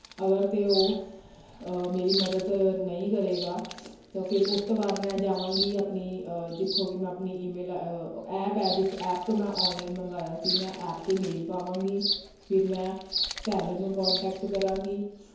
ਅਗਰ ਤਾਂ ਉਹ ਮੇਰੀ ਮਦਦ ਨਹੀਂ ਕਰੇਗਾ ਕਿਉਂਕਿ ਉਸ ਤੋਂ ਬਾਅਦ ਮੈਂ ਜਾਵਾਂਗੀ ਆਪਣੀ ਜਿੱਥੋਂ ਕਿ ਮੈਂ ਆਪਣੀ ਈਮੇਲ ਐਪ ਹੈ ਜਿਸ ਐਪ ਤੋਂ ਮੈਂ ਆਨਲਾਈਨ ਮੰਗਵਾਇਆ ਸੀ ਮੈਂ ਐਪ 'ਤੇ ਮੇਲ ਪਾਵਾਂਗੀ ਫਿਰ ਮੈਂ ਸੈਲਰ ਨੂੰ ਕੋਂਟੈਕਟ ਕਰਾਂਗੀ